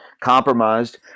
compromised